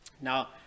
Now